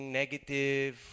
negative